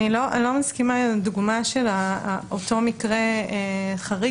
אני לא מסכימה עם הדוגמה של אותו מקרה חריג